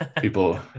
People